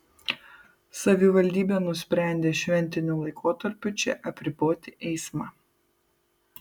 savivaldybė nusprendė šventiniu laikotarpiu čia apriboti eismą